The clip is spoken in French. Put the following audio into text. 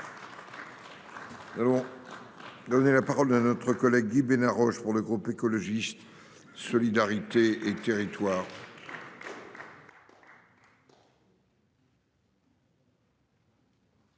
vous remercie. Donner la parole à notre collègue Guy Bénard Roche pour le groupe écologiste solidarité et territoires.